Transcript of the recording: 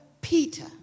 peter